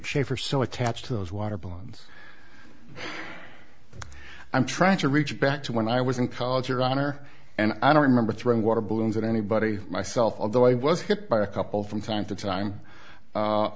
shaffer so attached to those water balloons i'm trying to reach back to when i was in college your honor and i don't remember throwing water balloons at anybody myself although i was hit by a couple from time to time